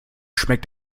schmeckt